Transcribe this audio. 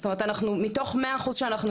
זאת אומרת אנחנו מתוך 100% שאנחנו